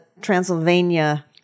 Transylvania